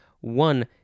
one